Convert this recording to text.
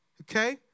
Okay